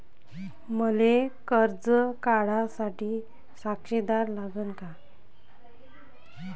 मले कर्ज काढा साठी साक्षीदार लागन का?